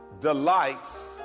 delights